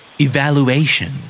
Evaluation